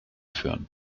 führen